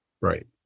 right